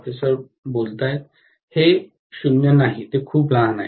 professor हे 0 नाही ते खूप लहान आहे